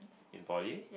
in Poly